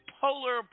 polar